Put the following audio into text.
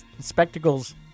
spectacles